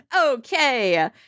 Okay